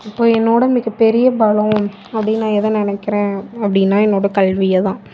இப்போ என்னோட மிகப்பெரிய பலம் அப்படின்னு நான் எதை நினைக்கிறேன் அப்படினா என்னோட கல்வியைதான்